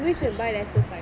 we should buy lesser sides